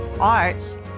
arts